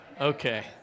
okay